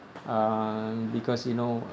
um because you know